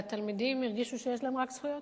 והתלמידים הרגישו שיש להם רק זכויות.